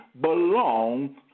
belong